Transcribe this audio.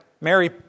Mary